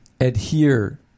adhere